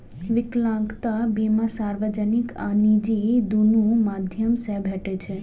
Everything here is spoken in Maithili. विकलांगता बीमा सार्वजनिक आ निजी, दुनू माध्यम सं भेटै छै